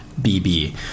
bb